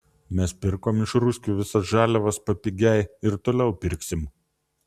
mes pirkom iš ruskių visas žaliavas papigiai ir toliau pirksim